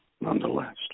nonetheless